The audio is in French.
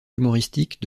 humoristiques